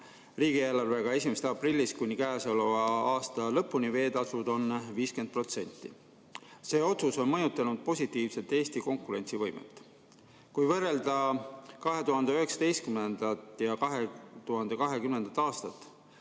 kohaselt on 1. aprillist kuni käesoleva aasta lõpuni veeteetasud 50%.See otsus on mõjutanud positiivselt Eesti konkurentsivõimet. Kui võrrelda 2019. ja 2020. aastat,